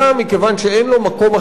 מכיוון שאין לו מקום אחר,